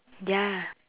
ya